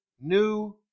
new